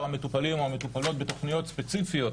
המטופלים או המטופלות בתוכניות ספציפיות,